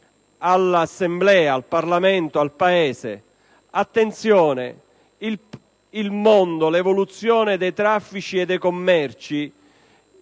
all'Assemblea, al Parlamento e al Paese di fare attenzione perché il mondo, l'evoluzione dei traffici e dei commerci,